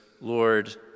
Lord